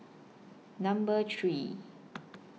Number three